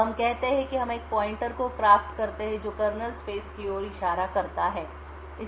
अब हम कहते हैं कि हम एक पॉइंटर को क्राफ्ट करते हैं जो कर्नेल स्पेस की ओर इशारा करता है